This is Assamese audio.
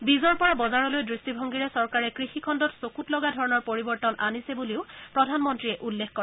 বীজৰ পৰা বজাৰলৈ দৃষ্টিভংগীৰে চৰকাৰে কৃষি খণ্ডত চকৃত লগা ধৰণৰ পৰিৱৰ্তন আনিছে বুলিও প্ৰধানমন্ত্ৰীয়ে উল্লেখ কৰে